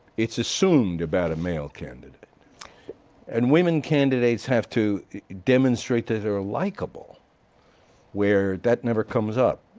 it's assumed about a male candidate and women candidates have to demonstrate that they're ah likable where that never comes up.